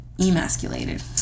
emasculated